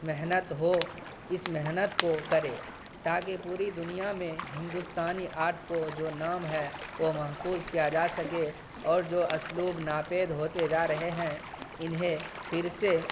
محنت ہو اس محنت کو کرے تاکہ پوری دنیا میں ہندوستانی آرٹ کو جو نام ہے وہ محفوظ کیا جا سکے اور جو اسلوب ناپید ہوتے جا رہے ہیں انہیں فر سے